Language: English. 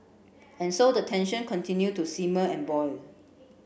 and so the tension continue to simmer and boil